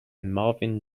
marvin